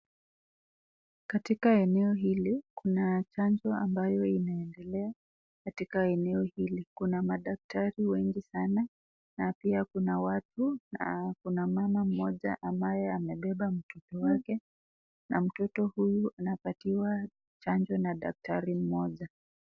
Katika eneo hili kuna chanjo ambao inaendelea katika eneo hili madaktari wengine sana, pia Kuna watu na kuna mama moja ambaye amepepa mtoto wake na mtoto huyu anapatiwa chanjo na daktari moja.